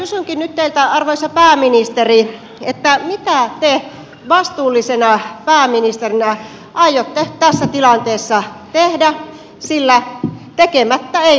kysynkin nyt teiltä arvoisa pääministeri mitä te vastuullisena pääministerinä aiotte tässä tilanteessa tehdä sillä tekemättä ei voi jättää